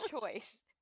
choice